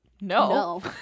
no